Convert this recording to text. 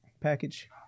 package